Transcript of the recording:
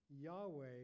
Yahweh